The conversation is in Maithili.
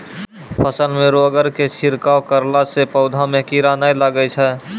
फसल मे रोगऽर के छिड़काव करला से पौधा मे कीड़ा नैय लागै छै?